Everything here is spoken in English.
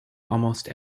almost